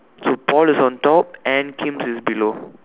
so Paul is on top and Kim's is below